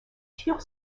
tire